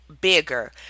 bigger